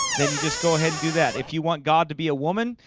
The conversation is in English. then you just go ahead and do that if you want god to be a woman,